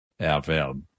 FM